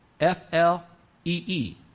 F-L-E-E